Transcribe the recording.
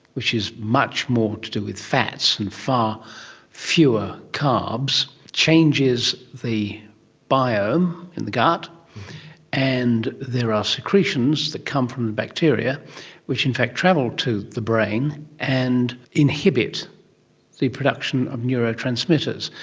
which is much more to do with fats and far fewer carbs, changes the biome in the gut and there are secretions that come from the bacteria which in fact travel to the brain and inhibit the production of neurotransmitters.